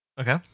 Okay